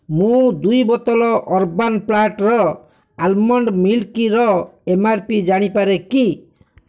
ମୁଁ ଦୁଇ ବୋତଲ ଅରବାନ୍ ପ୍ଲାଟର୍ ଆଲମଣ୍ଡ୍ ମିଲକ୍ର ଏମ୍ ଆର୍ ପି ଜାଣିପାରେ କି